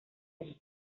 allí